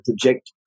project